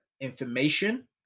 information